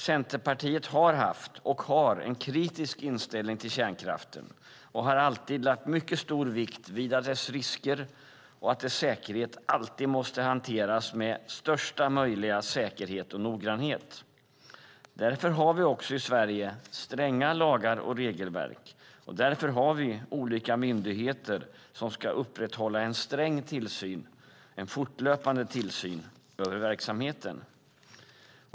Centerpartiet har haft och har en kritisk inställning till kärnkraften och har alltid lagt mycket stor vikt vid att dess risker och dess säkerhet alltid måste hanteras med största möjliga noggrannhet. Därför har vi i Sverige stränga lagar och regelverk, och därför har vi olika myndigheter som ska upprätthålla en sträng och fortlöpande tillsyn över verksamheten.